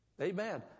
Amen